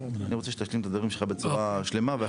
אני רוצה שתשלים את הדברים שלך בצורה מלאה ואחר כך נשמע את כל השאר.